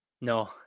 No